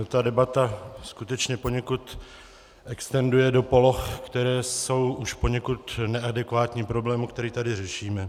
Ta debata skutečně poněkud extenduje do poloh, které jsou už poněkud neadekvátní problému, který tady řešíme.